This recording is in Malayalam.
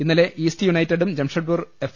ഇന്നലെ ഈസ്റ്റ് യുണൈറ്റഡും ജംഷഡ്പൂർ എഫ്